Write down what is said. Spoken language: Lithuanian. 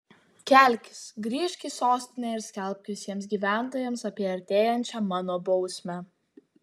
kelkis grįžk į sostinę ir skelbk visiems gyventojams apie artėjančią mano bausmę